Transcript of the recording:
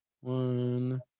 One